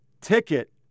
ticket